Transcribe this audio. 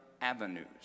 avenues